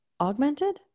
augmented